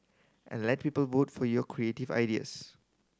and let people vote for your creative ideas